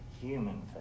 human